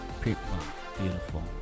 Beautiful